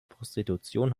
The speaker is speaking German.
prostitution